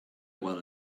while